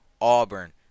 Auburn